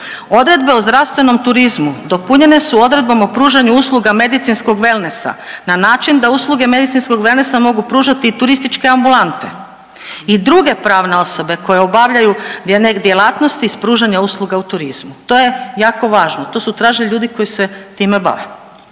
Odredbe o zdravstvenom turizmu dopunjene su odredbom o pružanju usluga medicinskog wellnessa na način da usluge medicinskog wellnessa mogu pružati i turističke ambulante i druge pravne osobe koje obavljaju djelatnosti iz pružanja usluga u turizmu. To je jako važno. To su tražili ljudi koji se time bave.